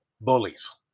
bullies